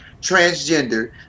transgender